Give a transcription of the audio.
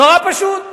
נורא פשוט.